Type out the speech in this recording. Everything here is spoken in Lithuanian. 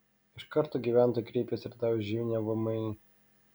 iš karto gyventojai kreipėsi ir davė žinią vmi